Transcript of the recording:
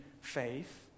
faith